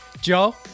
Joe